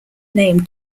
name